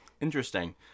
Interesting